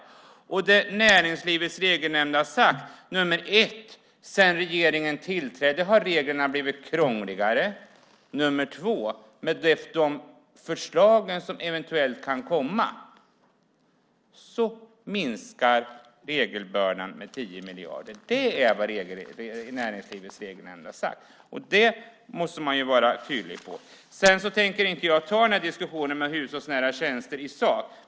Nummer ett av det som Näringslivets regelnämnd har sagt är: Sedan regeringen tillträdde har reglerna blivit krångligare. Nummer två är: Med de förslag som eventuellt kan komma minskar regelbördan med 10 miljarder. Det är vad Näringslivets regelnämnd har sagt. Det måste man vara tydlig med. Jag tänker inte ta diskussionen om hushållsnära tjänster i sak.